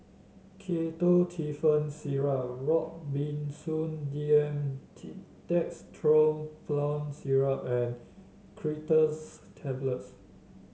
Ketotifen Syrup Robitussin D M T Dextromethorphan Syrup and Creaters Tablets